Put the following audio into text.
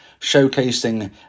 showcasing